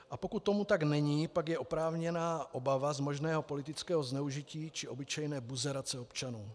A pokud tomu tak není, pak je oprávněná obava z možného politického zneužití či obyčejné buzerace občanů.